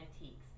antiques